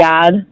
God